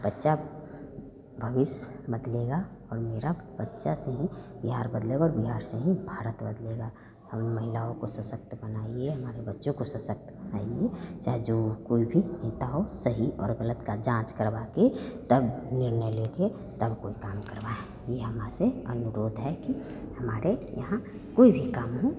बच्चा भविष्य बदलेगा और मेरे बच्चे से ही बिहार बदलेगा और बिहार से ही भारत बदलेगा हम महिलाओं को सशक्त बनाइए हमारे बच्चों को सशक्त बनाइए चाहे जो कोई भी नेता हो सही और ग़लत का जाँच करवा कर तब निर्णय लेकर तब कोई काम करवाए यह हमारे से अनुरोध है कि हमारे यहाँ कोई भी काम हो